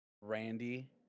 Randy